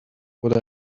what